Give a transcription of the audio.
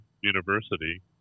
University